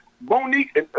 Monique